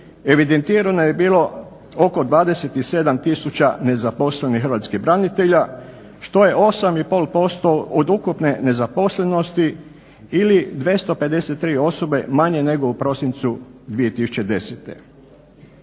evidentirano je bilo oko 27000 nezaposlenih hrvatskih branitelja, što je 8,5% od ukupne nezaposlenosti ili 253 osobe manje nego u prosincu 2010.